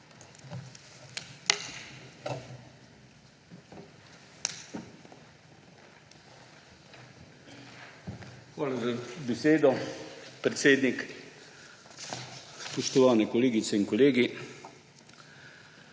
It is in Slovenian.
Hvala za besedo, predsednik. Spoštovani kolegice in kolegi!